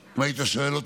אם היית שואל אותי,